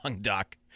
Doc